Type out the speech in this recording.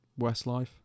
Westlife